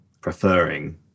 preferring